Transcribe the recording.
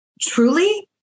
truly